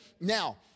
Now